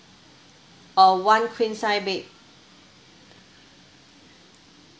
or one queen size bed